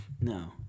No